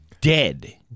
dead